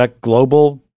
global